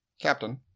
Captain